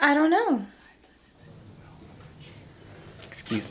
i don't know excuse